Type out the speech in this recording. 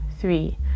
three